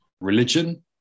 religion